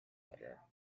better